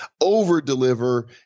over-deliver